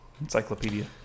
encyclopedia